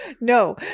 No